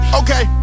okay